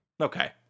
Okay